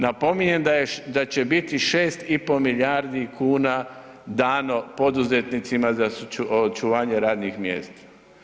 Napominjem da je, da će biti 6,5 milijardi kuna dano poduzetnicima za očuvanje radnih mjesta.